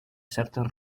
certes